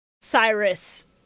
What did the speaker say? cyrus